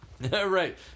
Right